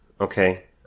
Okay